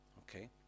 Okay